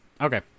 Okay